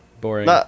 Boring